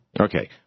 Okay